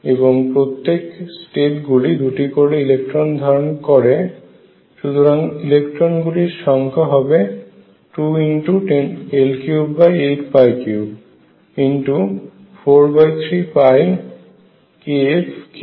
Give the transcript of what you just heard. এবং প্রত্যেক স্টেট গুলি দুটি করে ইলেকট্রন ধারণ করে সুতরাং ইলেকট্রন গুলির সংখ্যা হবে 2×L38343kF3